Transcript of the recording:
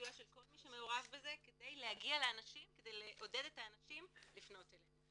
לסיוע של כל מי שמעורב בזה כדי להגיע ולעודד את האנשים לפנות אלינו.